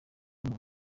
bamwe